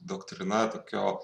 doktrina tokio